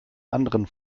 anderen